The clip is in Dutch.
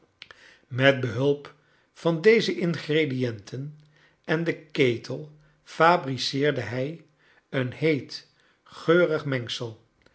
met behulp van deze ingredienten en den ketel fabriceerde hij een heet geurig mengsel